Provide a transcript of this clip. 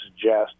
suggest